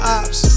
ops